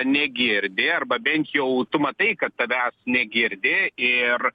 negirdi arba bent jau tu matai kad tavęs negirdi ir